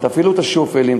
תפעילו את השופלים,